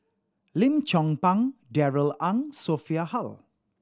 Lim Chong Pang Darrell Ang Sophia Hull